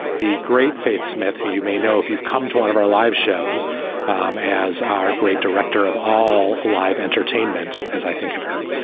the great faith smith, who you may know if you've come to one of our live shows um as our great director of all alive entertainment, as i think of her,